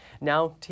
Now